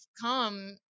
come